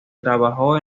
trabajó